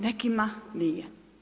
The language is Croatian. Nekima nije.